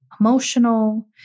emotional